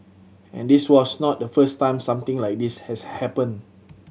and this was not the first time something like this has happened